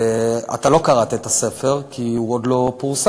אתה לא קראת את הספר, כי הוא לא פורסם.